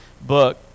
book